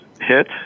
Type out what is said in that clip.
hit